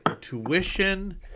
tuition